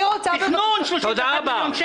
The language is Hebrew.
מדובר על תכנון בסך 7 מיליון שקל.